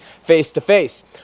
face-to-face